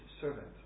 servant